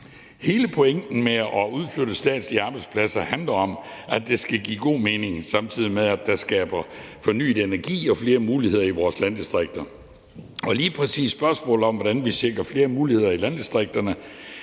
Hele pointen med at udflytte statslige arbejdspladser er, at det skal give god mening, samtidig med at der skabes fornyet energi og flere muligheder i vores landdistrikter. Og lige præcis spørgsmålet om, hvordan vi sikrer flere muligheder i landdistrikterne,